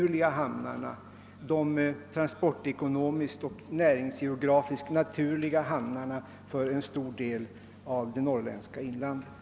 Export över de transportekonomiskt och geografiskt naturliga hamnarna för dessa landsdelar diskrimineras.